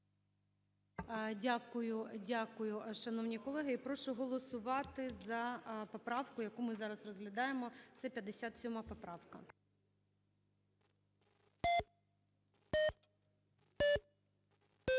Дякую, дякую. Шановні колеги, я прошу голосувати за поправку, яку ми зараз розглядаємо, це 57 поправка.